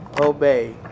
obey